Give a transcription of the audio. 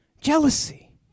jealousy